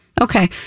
Okay